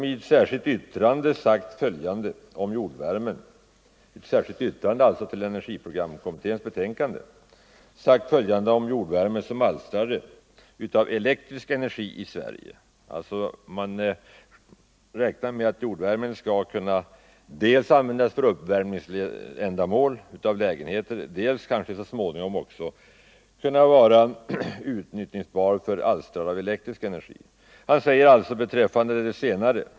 I ett särskilt yttrande till kommitténs betänkande har han sagt följande om jordvärme som alstrare av elektrisk energi — man räknar ju med att jordvärme dels skall kunna användas för lokaluppvärmning, dels så småningom skall kunna utnyttjas som alstrare av elektrisk energi.